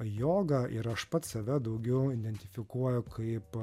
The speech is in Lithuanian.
jogą ir aš pats save daugiau identifikuoju kaip